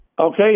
Okay